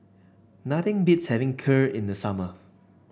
nothing beats having Kheer in the summer